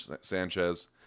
Sanchez